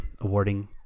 awarding